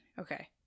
Okay